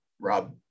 Rob